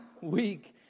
week